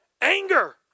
anger